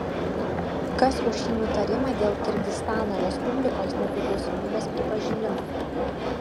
kas už šį nutarimą dėl kirgizstano respublikos nepriklausomybės pripažinimo